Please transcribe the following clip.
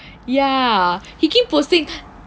ya he keep posting